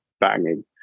banging